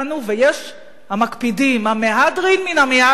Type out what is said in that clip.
ויש המקפידים, המהדרין מן המהדרין: